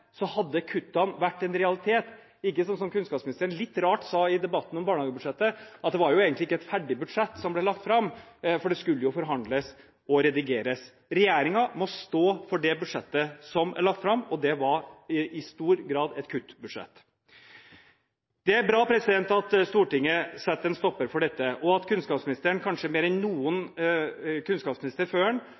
hadde kuttene vært en realitet – ikke sånn som kunnskapsministeren litt rart sa i debatten om barnehagebudsjettet, at det var jo egentlig ikke et ferdig budsjett som ble lagt fram, for det skulle jo forhandles om og redigeres. Regjeringen må stå for det budsjettet som er lagt fram, og det var i stor grad et kuttbudsjett. Det er bra at Stortinget setter en stopper for dette, og at kunnskapsministeren – kanskje mer enn noen kunnskapsminister før